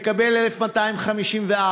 מקבל 1,254,